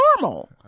normal